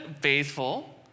faithful